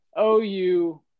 OU